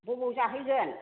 बबेयाव जाहैगोन